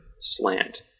slant